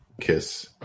kiss